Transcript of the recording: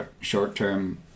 short-term